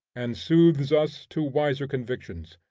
and soothes us to wiser convictions.